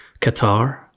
Qatar